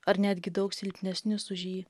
ar netgi daug silpnesnius už jį